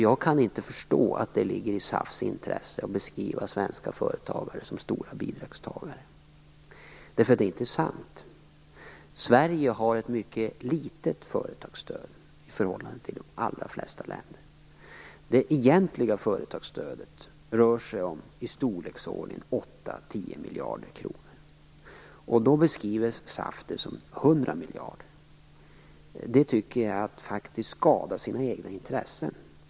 Jag kan inte förstå att det ligger i SAF:s intresse att beskriva svenska företagare som stora bidragstagare. Det är inte sant. Sverige har ett mycket litet företagsstöd i förhållande till de allra flesta länder. Det egentliga företagsstödet rör sig om i storleksordningen 8-10 miljarder kronor. SAF beskriver det som 100 miljarder. Jag tycker att det är att skada sina egna intressen.